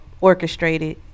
orchestrated